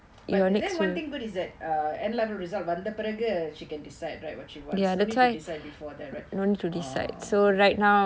but then one thing good is that uh N level result வந்த பிறகு:vantha piragu she can decide right what she wants no need to decide before that right oh okay